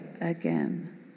again